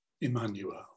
Emmanuel